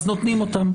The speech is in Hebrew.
אז נותנים אותה,